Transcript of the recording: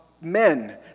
men